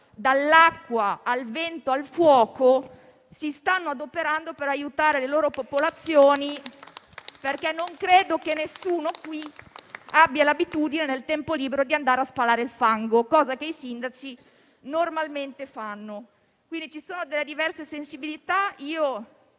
all'acqua, al vento e al fuoco, si stanno adoperando per aiutare le loro popolazioni. Ritengo, infatti, che nessuno qui abbia l'abitudine, nel tempo libero, di andare a spalare il fango, cosa che i sindaci normalmente fanno. Quindi, ci sono delle sensibilità